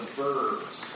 verbs